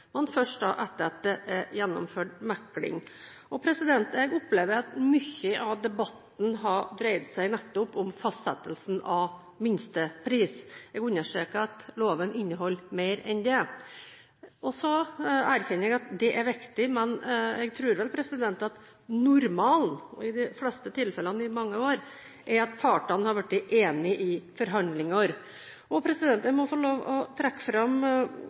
men først etter at det er gjennomført mekling. Jeg opplever at mye av debatten har dreid seg nettopp om fastsettelsen av minstepris. Jeg understreker at loven inneholder mer enn det. Jeg erkjenner at det er viktig, men jeg tror vel at normalen er – og dette har gjeldt i de fleste tilfellene i mange år – at partene har blitt enige i forhandlinger. Jeg må få trekke fram